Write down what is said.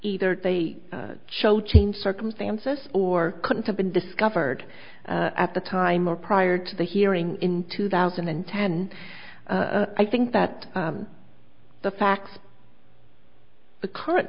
either they show changed circumstances or couldn't have been discovered at the time or prior to the hearing in two thousand and ten i think that the facts the current